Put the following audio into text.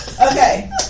Okay